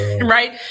Right